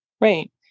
Right